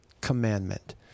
commandment